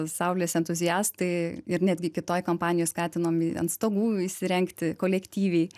saulės entuziastai ir netgi kitoj kompanijoj skatinami ant stogų įsirengti kolektyviai